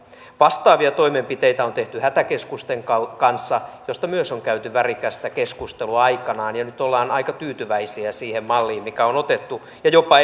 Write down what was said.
vastaavia toimenpiteitä on tehty hätäkeskusten kanssa mistä myös on käyty värikästä keskustelua aikanaan ja nyt ollaan aika tyytyväisiä siihen malliin mikä on otettu ja jopa